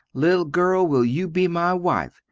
little girl will you be my wife?